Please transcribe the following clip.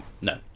no